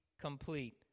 complete